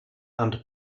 and